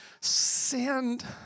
send